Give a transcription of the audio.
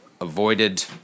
avoided